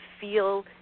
feel